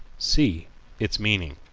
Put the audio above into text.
c its meaning.